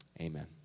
Amen